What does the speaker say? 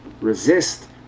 resist